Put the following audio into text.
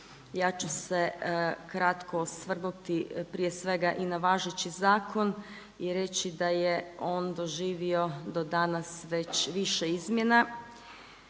ja ću se kratko osvrnuti prije svega i na važeći zakon i reći da je on doživio do danas već više izmjena.